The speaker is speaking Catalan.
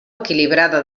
equilibrada